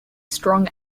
strong